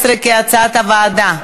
18) כהצעת הוועדה.